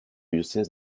diocèse